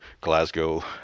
glasgow